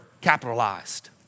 capitalized